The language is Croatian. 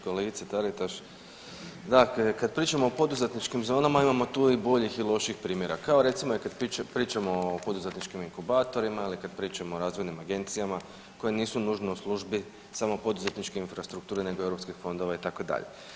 Kolegice Taritaš, da kad pričamo o poduzetničkim zonama imamo tu i boljih i lošijih primjera, kao recimo i kad pričamo o poduzetničkim inkubatorima ili kad pričamo o razvojnim agencijama koje nisu nužno u službi samo poduzetničke infrastrukture nego eu fondova itd.